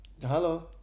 hello